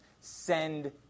send